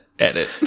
Edit